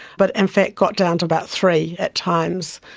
but in fact got down to about three at times.